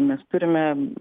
mes turime